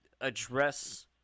address